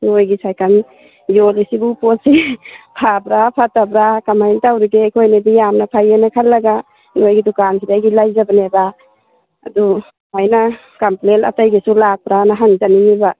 ꯅꯣꯏꯒꯤ ꯁꯥꯏꯀꯟ ꯌꯣꯜꯂꯤꯁꯤꯕꯨ ꯄꯣꯠꯁꯦ ꯐꯕ꯭ꯔꯥ ꯐꯠꯇꯕ꯭ꯔꯥ ꯀꯃꯥꯏꯅ ꯇꯧꯔꯤꯒꯦ ꯑꯩꯈꯣꯏꯅꯗꯤ ꯌꯥꯝꯅ ꯐꯩꯌꯦꯅ ꯈꯜꯂꯒ ꯅꯣꯏꯒꯤ ꯗꯨꯀꯥꯟꯁꯤꯗꯒꯤ ꯂꯩꯖꯕꯅꯦꯕ ꯑꯗꯨ ꯁꯨꯃꯥꯏꯅ ꯀꯝꯄ꯭ꯂꯦꯟ ꯑꯇꯩꯒꯤꯁꯨ ꯂꯥꯛꯄ꯭ꯔꯥꯅ ꯍꯪꯖꯅꯤꯡꯏꯕ